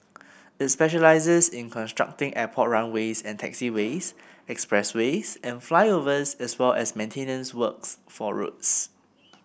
it specialises in constructing airport runways and taxiways expressways and flyovers as well as maintenance works for roads